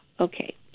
Okay